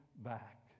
back